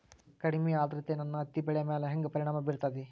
ಕಡಮಿ ಆದ್ರತೆ ನನ್ನ ಹತ್ತಿ ಬೆಳಿ ಮ್ಯಾಲ್ ಹೆಂಗ್ ಪರಿಣಾಮ ಬಿರತೇತಿ?